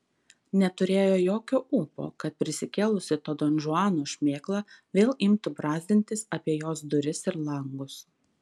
neturėjo jokio ūpo kad prisikėlusi to donžuano šmėkla vėl imtų brazdintis apie jos duris ir langus